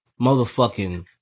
motherfucking